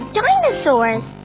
dinosaurs